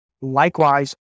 likewise